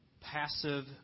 passive